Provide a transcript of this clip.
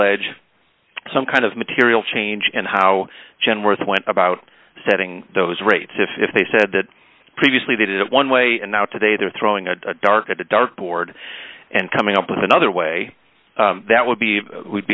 allege some kind of material change and how genworth went about setting those rates if they said that previously they did it one way and now today they're throwing a dart at the dart board and coming up with another way that would be we'd